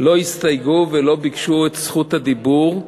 לא הסתייגו ולא ביקשו את זכות הדיבור.